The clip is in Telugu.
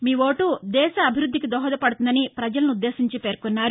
మీ ఓటు దేశ అభివృద్దికి దోహదపడుతుందని ప్రపజలసుద్దేశించి పేర్కొన్నారు